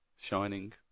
Shining